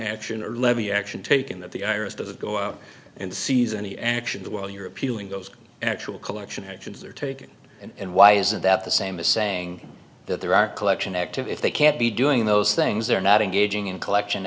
action or levy action taken that the iris doesn't go out and seize any action while you're appealing those actual collection actions are taken and why isn't that the same as saying that there are collection active if they can't be doing those things they're not engaging in collection